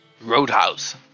Roadhouse